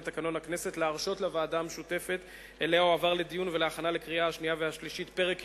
הכלכלית בדברים שיושב-ראש הוועדה יציג לפניכם.